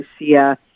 Lucia